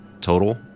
total